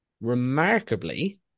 remarkably